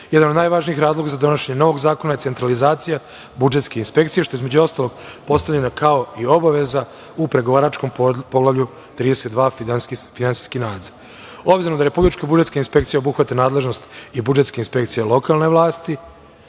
Jedan od najvažnijih razloga za donošenje novog zakona je centralizacija budžetske inspekcije, što između ostalog je postavljeno i kao obaveza u pregovaračkom Poglavlju 32 – finansijski nadzor. Obzirom da Republička budžetska inspekcija obuhvata nadležnost i budžetske inspekcije lokalne vlasti,